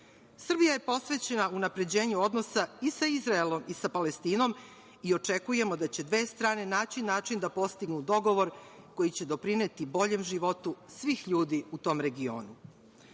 Srbija je posvećena unapređenju odnosa i sa Izraelom i sa Palestinom i očekujemo da će dve strane naći način da postignu dogovor koji će doprineti boljem životu svih ljudi u tom regionu. Što